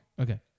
Okay